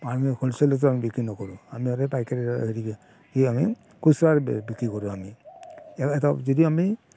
মানুহক হ'লছেল ৰেটত আমি বিক্ৰী নকৰোঁ আমি আৰু পাইকাৰী হেৰি কি আমি খুচুৰা বি বিক্ৰী কৰোঁ আমি এটাও যদি আমি